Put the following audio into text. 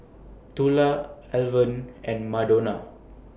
Tula Alvan and Madonna